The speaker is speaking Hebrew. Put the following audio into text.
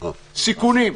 סיכונים,